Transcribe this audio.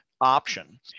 option